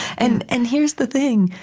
and and here's the thing.